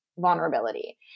vulnerability